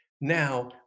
Now